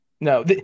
no